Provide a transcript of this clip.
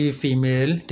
female